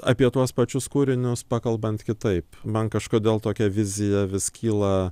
apie tuos pačius kūrinius pakalbant kitaip man kažkodėl tokia vizija vis kyla